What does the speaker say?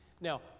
Now